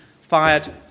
fired